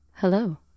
Hello